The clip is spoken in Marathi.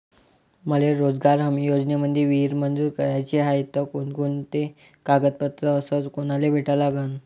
मले रोजगार हमी योजनेमंदी विहीर मंजूर कराची हाये त कोनकोनते कागदपत्र अस कोनाले भेटा लागन?